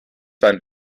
sein